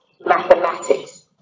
mathematics